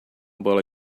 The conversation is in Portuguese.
bola